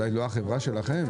אולי לא החברה שלכם.